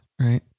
right